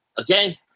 Okay